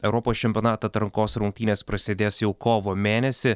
europos čempionato atrankos rungtynės prasidės jau kovo mėnesį